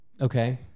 Okay